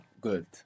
Good